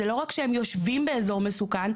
זה לא רק שהם יושבים באזור מסוכן,